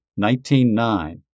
19.9